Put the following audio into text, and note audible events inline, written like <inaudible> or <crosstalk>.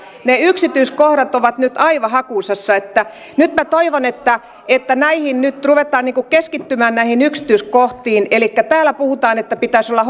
ne yksityiskohdat ovat nyt aivan hakusessa nyt minä toivon että että näihin nyt ruvetaan keskittymään näihin yksityiskohtiin täällä puhutaan että pitäisi olla <unintelligible>